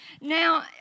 Now